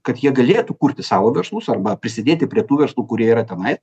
kad jie galėtų kurti savo verslus arba prisidėti prie tų verslų kurie yra tenai